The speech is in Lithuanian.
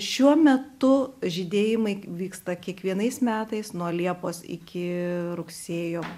šiuo metu žydėjimai vyksta kiekvienais metais nuo liepos iki rugsėjo